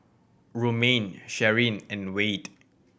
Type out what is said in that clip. Romaine Sharyn and Wayde